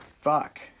Fuck